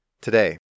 Today